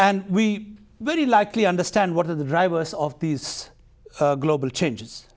and we very likely understand what are the drivers of these global changes